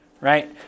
right